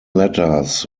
letters